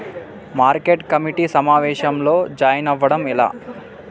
Market committee సమావేశంలో join అవ్వడం ఎలా?